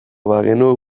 bagenu